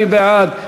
מי בעד?